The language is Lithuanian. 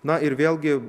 na ir vėlgi